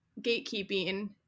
gatekeeping